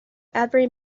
every